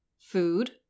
food